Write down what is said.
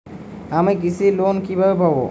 আমি কৃষি লোন কিভাবে পাবো?